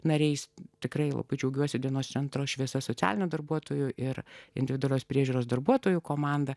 nariais tikrai labai džiaugiuosi dienos centro šviesos socialinių darbuotojų ir individualios priežiūros darbuotojų komanda